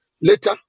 later